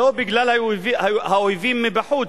לא בגלל האויבים מבחוץ,